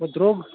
سُہ گوٚو درٛۅگ